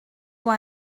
why